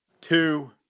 two